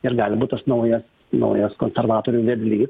ir gali būt tas naujas naujas konservatorių vedlys